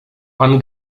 pan